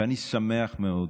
ואני שמח מאוד,